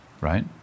right